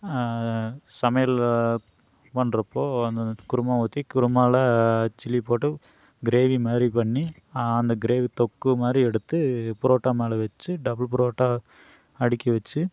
சமையல் பண்ணுறப்போ அந்த குருமா ஊற்றி குருமாவில சில்லி போட்டு கிரேவிமாதிரி பண்ணி அந்த கிரேவி தொக்குமாதிரி எடுத்து பரோட்டா மேலே வச்சு டபுள் பரோட்டா அடுக்கி வச்சு